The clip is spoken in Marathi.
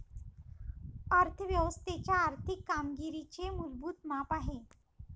अर्थ व्यवस्थेच्या आर्थिक कामगिरीचे मूलभूत माप आहे